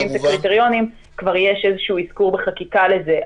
את הקריטריונים כבר יש איזשהו אזכור בחקיקה לזה.